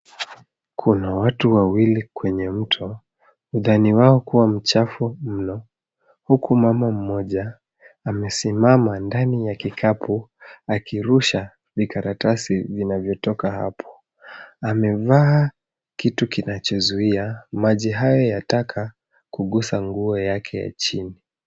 Kuna watu wawili kwenye mto ndani wao kuwa mchafu mno huku mama mmoja amesimama ndani ya kikapu akirusha mikaratasi vinavyotoka hapo. Amevaa kitu kinachozuia maji hayo ya taka kugusa nguo yake ya chini.